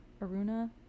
Aruna